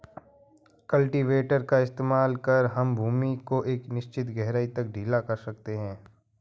cultivator का इस्तेमाल कर हम भूमि को एक निश्चित गहराई तक ढीला कर सकते हैं